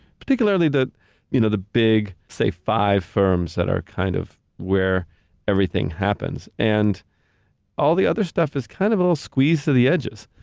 particularly the you know the big, say, five firms that are kind of where everything happens, and all the other stuff is kind of all squeezed to the edges.